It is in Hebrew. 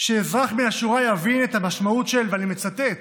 שאזרח מן השורה יבין את המשמעות של, ואני מצטט: